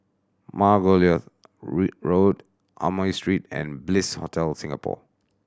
Margoliouth Road Amoy Street and Bliss Hotel Singapore